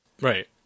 Right